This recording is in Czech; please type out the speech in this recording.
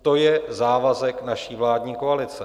To je závazek naší vládní koalice.